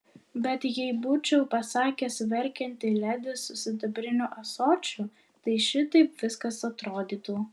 bet jei būčiau pasakęs verkianti ledi su sidabriniu ąsočiu tai šitaip viskas atrodytų